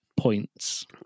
Points